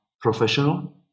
professional